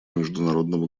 международного